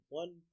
one